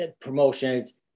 promotions